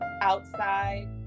outside